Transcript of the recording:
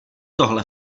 tohle